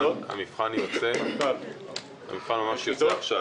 המבחן ממש יוצא עכשיו.